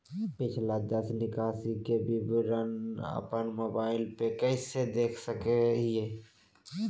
पिछला दस निकासी के विवरण अपन मोबाईल पे कैसे देख सके हियई?